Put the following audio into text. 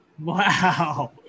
Wow